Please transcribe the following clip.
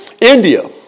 India